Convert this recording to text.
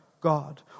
God